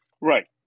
Right